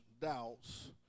doubts